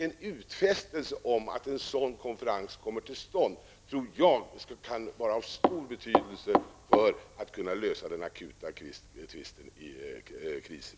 En utfästelse om att en sådan konferens kommer till stånd skulle, enligt min mening, kunna vara av stor betydelse för lösandet av den akuta krisen i Gulfen.